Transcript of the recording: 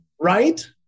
Right